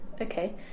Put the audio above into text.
okay